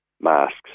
masks